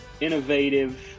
innovative